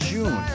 June